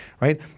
right